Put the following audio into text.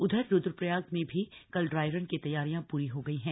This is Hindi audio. उधर रुद्रप्रयाग में भी कल ड्राईरन की तैयारियां पूरी हो गई हैं